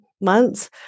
months